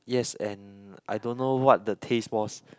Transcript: yes and I don't know what the taste was